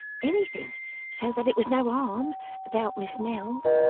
anything so that it was no harm about miss nell